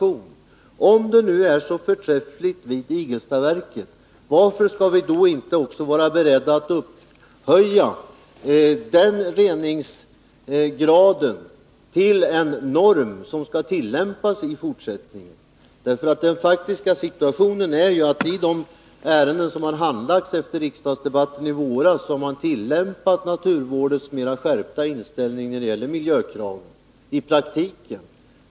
Om det nu är så förträffligt vid Igelstaverket, varför skall vi då inte också vara beredda att upphöja den reningsgraden till en norm som skall tillämpas i fortsättningen? Den faktiska situationen är ju att man i de ärenden som har handlagts efter riksdagsdebatten i våras har tillämpat naturvårdens mera skärpta inställning när det gäller miljökrav i praktiken.